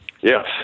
Yes